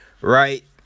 right